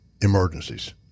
Emergencies